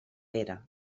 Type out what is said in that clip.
pere